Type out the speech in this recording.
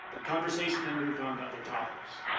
conversation then moved on to other topics.